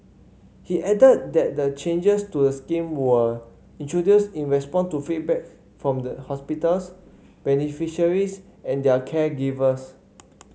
he added that the changes to the scheme were introduced in response to feedback from hospitals beneficiaries and their caregivers